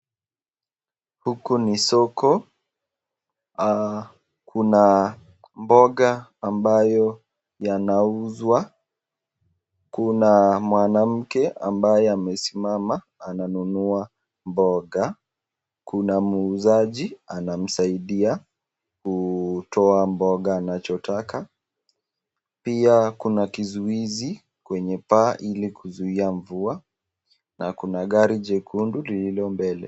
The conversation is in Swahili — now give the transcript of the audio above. Huko ni soko Kuna mboga ambayo inauzwa kunamwanamke ananunya mboga Kuna muuzaji anamsaidia anaye muuzia mboga, pia Kuna kizuizi kwenye paa ili kuzuia mbaya na Kuna gari nyekundu mbele.